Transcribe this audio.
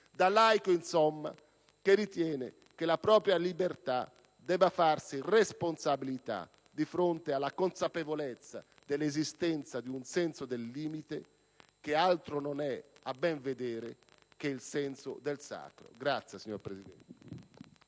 da laico, insomma, che ritiene che la propria libertà debba farsi responsabilità di fronte alla consapevolezza dell'esistenza di un senso del limite che altro non è, a ben vedere, che il senso del sacro. *(Applausi dal